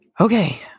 okay